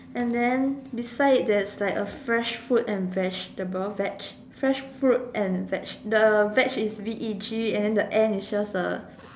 and then beside there's like a fresh fruit and vegetable veg fresh fruit and veg the veg is V E G and the and is just the